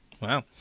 Wow